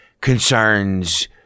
concerns